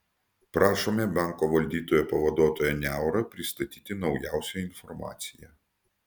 prašome banko valdytojo pavaduotoją niaurą pristatyti naujausią informaciją